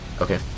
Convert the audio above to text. okay